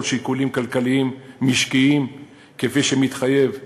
שיקולים כלכליים משקיים כפי שמתחייב מדוח,